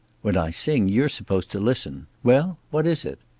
when i sing you're supposed to listen. well? what is it?